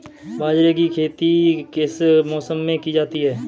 बाजरे की खेती किस मौसम में की जाती है?